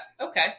okay